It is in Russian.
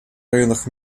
районах